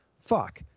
fuck